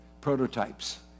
Prototypes